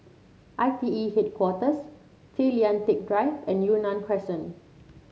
I T E Headquarters Tay Lian Teck Drive and Yunnan Crescent